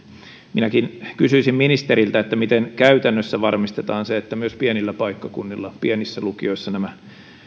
minäkin kysyisin ministeriltä miten käytännössä varmistetaan se että myös pienillä paikkakunnilla pienissä lukioissa